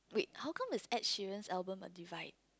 how come is Ed-Sheeran's album a divide